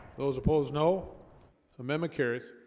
those opposed no amendment carries